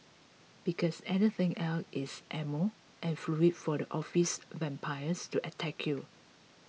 because anything else is ammo and fuel for the office vampires to attack you